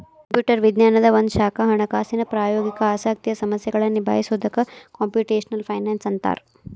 computer ವಿಜ್ಞಾನದ್ ಒಂದ ಶಾಖಾ ಹಣಕಾಸಿನ್ ಪ್ರಾಯೋಗಿಕ ಆಸಕ್ತಿಯ ಸಮಸ್ಯೆಗಳನ್ನ ನಿಭಾಯಿಸೊದಕ್ಕ ಕ್ಂಪುಟೆಷ್ನಲ್ ಫೈನಾನ್ಸ್ ಅಂತ್ತಾರ